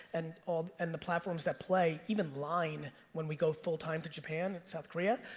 and um and the platforms that play, even line when we go full-time to japan and south korea,